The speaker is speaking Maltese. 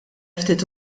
ftit